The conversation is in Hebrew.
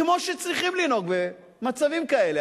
כמו שצריכים לנהוג במצבים כאלה,